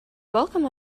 welcome